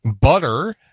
butter